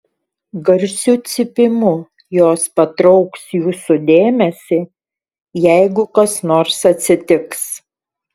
garsiu cypimu jos patrauks jūsų dėmesį jeigu kas nors atsitiks